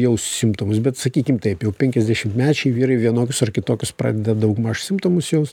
jau simptomus bet sakykim taip jau penkiasdešimtmečiai vyrai vienokius ar kitokius pradeda daugmaž simptomus jaust